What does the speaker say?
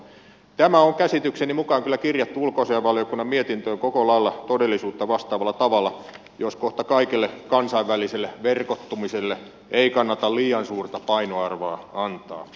tämä on käsitykseni mukaan kyllä kirjattu ulkoasiainvaliokunnan mietintöön koko lailla todellisuutta vastaavalla tavalla jos kohta kaikelle kansainväliselle verkottumiselle ei kannata liian suurta painoarvoa antaa